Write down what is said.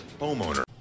Homeowner